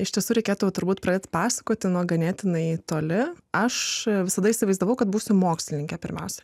iš tiesų reikėtų turbūt pradėti pasakoti nuo ganėtinai toli aš visada įsivaizdavau kad būsiu mokslininkė pirmiausia